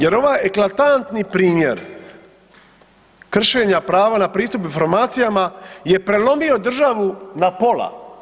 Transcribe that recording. Jer ovo je eklatantni primjer kršenja prava na pristup informacijama jer je prelomio državu na pola.